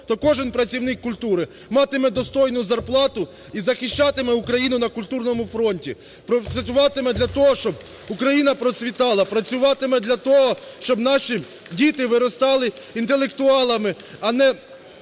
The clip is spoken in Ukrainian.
то кожен працівник культури матиме достойну зарплату і захищатиме Україну на культурному фронті. Працюватиме для того, щоб Україна процвітала, працюватиме для того, щоб наші діти виростали інтелектуалами, а не